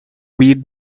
beat